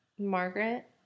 Margaret